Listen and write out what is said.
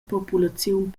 populaziun